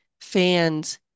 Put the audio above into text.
fans